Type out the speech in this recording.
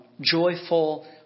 joyful